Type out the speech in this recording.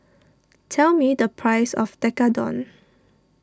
tell me the price of Tekkadon